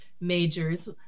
majors